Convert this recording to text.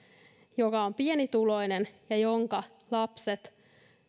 joka on pienituloinen ja jonka lapset